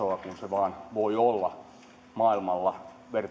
on niin minimitasolla kuin se vain voi olla maailmalla